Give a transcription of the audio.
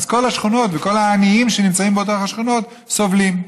אז כל השכונות וכל העניים שנמצאות בשכונות סובלים.